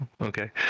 okay